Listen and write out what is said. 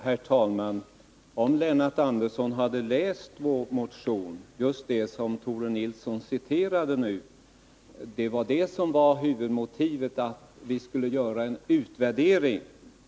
Herr talman! Om Lennart Andersson hade läst vår motion — just den mening som Tore Nilsson nyss citerade — skulle han ha vetat att huvudmotivet var att vi skulle göra en utvärdering.